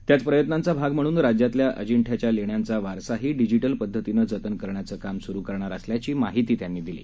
त्याच प्रयत्नांचा भाग म्हणून राज्यातल्या अंजिठ्याच्या लेण्यांचा वारसाही डिजिटल पद्धतीनं जतन करण्याचं काम सुरु करणार असल्याची माहिती त्यांनी दिली